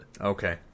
Okay